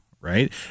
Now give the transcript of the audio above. Right